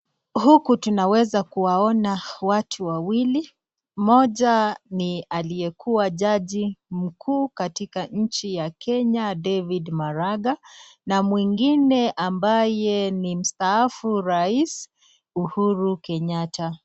Huku tunaweza kuwaona watu wawili, mmoja ni aliyekuwa jaji mkuu katika nchi ya Kenya David Maraga na mwingine ambaye ni mstaafu rais Uhuru Kenyatta.